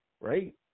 right